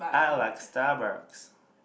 I like Starbucks